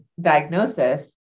diagnosis